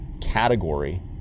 category